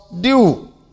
due